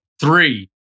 Three